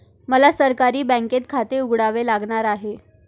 मला सहकारी बँकेत खाते उघडावे लागणार आहे